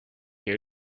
you